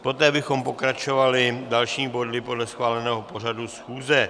Poté bychom pokračovali dalšími body podle schváleného pořadu schůze.